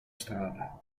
strada